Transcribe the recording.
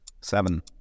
Seven